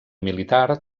militar